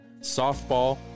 softball